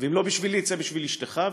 ואם לא בשבילי, צא בשביל אשתך.